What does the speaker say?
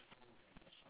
ah yes correct